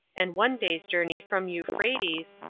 and one day's journey from euphrates,